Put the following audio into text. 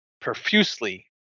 profusely